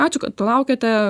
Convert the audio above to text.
ačiū kad palaukėte